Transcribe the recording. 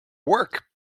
work